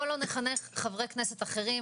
בואו לא נחנך חברי כנסת אחרים,